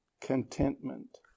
Contentment